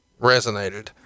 resonated